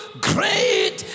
great